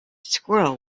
squirrel